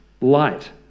light